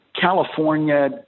California